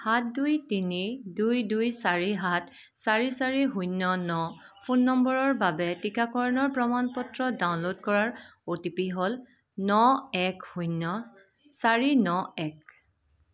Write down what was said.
সাত দুই তিনি দুই দুই চাৰি সাত চাৰি চাৰি শূন্য ন ফোন নম্বৰৰ বাবে টীকাকৰণৰ প্ৰমাণ পত্ৰ ডাউনল'ড কৰাৰ অ' টি পি হ'ল ন এক শূন্য চাৰি ন এক